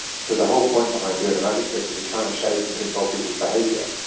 so the whole point behind doing a magic trick is you're trying to shape and control people's behaviour.